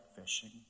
fishing